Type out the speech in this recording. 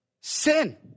Sin